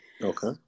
Okay